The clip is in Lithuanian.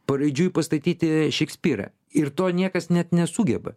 paraidžiui pastatyti šekspyrą ir to niekas net nesugeba